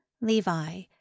Levi